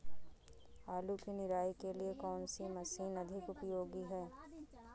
आलू की निराई के लिए कौन सी मशीन अधिक उपयोगी है?